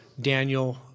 Daniel